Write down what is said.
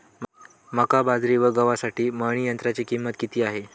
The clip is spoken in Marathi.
मका, बाजरी व गव्हासाठी मळणी यंत्राची किंमत किती आहे?